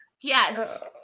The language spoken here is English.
Yes